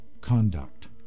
conduct